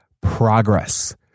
progress